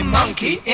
monkey